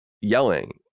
yelling